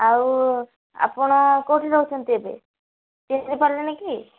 ଆଉ ଆପଣ କେଉଁଠି ରହୁଛନ୍ତି ଏବେ ଚିହ୍ନି ପାରିଲେନ କି